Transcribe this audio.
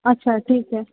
अच्छा ठीक आहे